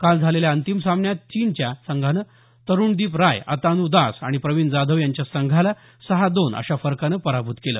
काल झालेल्या अंतिम सामन्यात चीनच्या संघानं तरुणदीप राय अतान् दास आणि प्रवीण जाधव यांच्या संघाला सहा दोन अशा फरकानं पराभूत केलं